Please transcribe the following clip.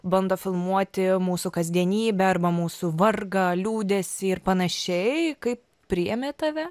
bando filmuoti mūsų kasdienybę arba mūsų vargą liūdesį ir panašiai kaip priėmė tave